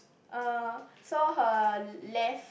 uh so her left